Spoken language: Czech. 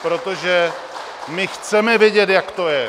Protože my chceme vědět, jak to je!